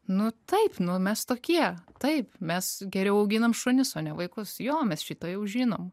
nu taip nu mes tokie taip mes geriau auginam šunis o ne vaikus jo mes šį tą jau žinom